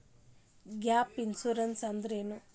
Gap insurance ಅಂದ್ರೇನು?